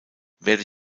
werde